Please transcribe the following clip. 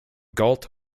galt